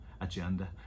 agenda